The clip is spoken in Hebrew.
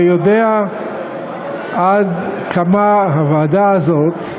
ויודע עד כמה הוועדה הזאת,